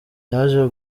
yaje